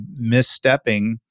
misstepping